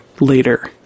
later